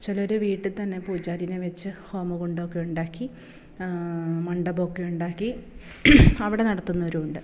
ചിലർ വീട്ടിൽ തന്നെ പൂജാരിനെ വച്ച് ഹോമകുണ്ഡോമൊക്കെ ഉണ്ടാക്കി മണ്ഡപം ഒക്കെ ഉണ്ടാക്കി അവിടെ നടത്തുന്നവരും ഉണ്ട്